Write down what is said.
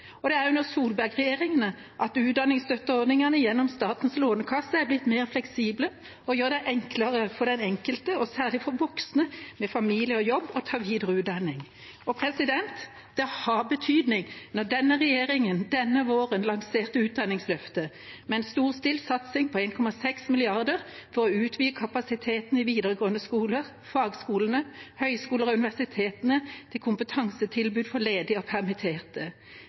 Og det er under Solberg-regjeringa at utdanningsstøtteordningene gjennom Statens lånekasse er blitt mer fleksible og gjør det enklere for den enkelte – og særlig for voksne med familie og jobb – å ta videre utdanning. Det har betydning når denne regjeringa denne våren lanserte utdanningsløftet med en storstilt satsing på 1,6 mrd. kr for å utvide kapasiteten i videregående skoler, fagskoler, høyskoler og universiteter, med kompetansetilbud for ledige og permitterte.